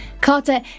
Carter